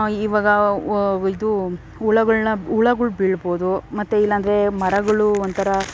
ಇವಾಗ ಇದು ಹುಳಗಳ್ನ ಹುಳಗಳ್ ಬೀಳ್ಬೋದು ಮತ್ತು ಇಲ್ಲಾಂದರೆ ಮರಗಳು ಒಂಥರ